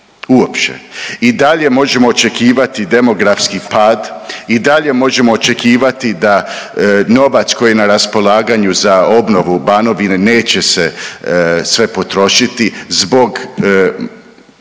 uopće. I dalje možemo očekivati demografski pad i dalje možemo očekivati da novac koji je na raspolaganju za obnovu Banovine neće se sve potrošiti zbog